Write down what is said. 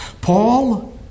Paul